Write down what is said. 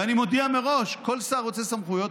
ואני מודיע מראש: כל שר רוצה סמכויות,